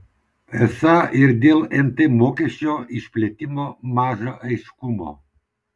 esą ir dėl nt mokesčio išplėtimo maža aiškumo